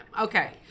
Okay